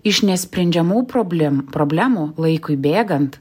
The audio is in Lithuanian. iš nesprendžiamų problemų problemų laikui bėgant